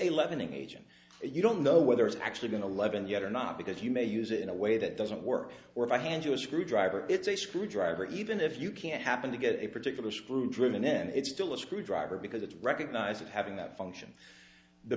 a leavening agent that you don't know whether it's actually going to leaven yet or not because you may use it in a way that doesn't work or if i hand you a screwdriver it's a screwdriver even if you can't happen to get a particular screw driven then it's still a screwdriver because it recognize it having that function the